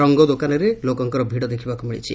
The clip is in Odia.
ରଙ୍ଗ ଦୋକାନରେ ଲୋକଙ୍କର ଭିଡ଼ ଦେଖ୍ବାକୁ ମିଳିଛି